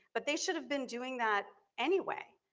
but they should have been doing that anyway.